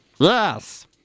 Yes